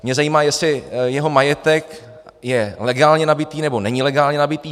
Mě zajímá, jestli jeho majetek je legálně nabytý, nebo není legálně nabytý.